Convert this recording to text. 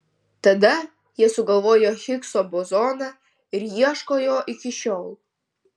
tada jie sugalvojo higso bozoną ir ieško jo iki šiol